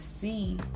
see